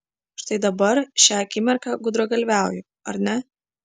štai dabar šią akimirką gudragalviauju ar ne